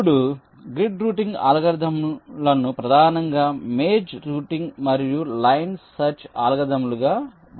ఇప్పుడు grid routing అల్గోరిథంలను ప్రధానంగా మేజ్ రూటింగ్ మరియు లైన్ సెర్చ్ అల్గోరిథంలుగా వర్గీకరించవచ్చు